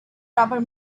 proper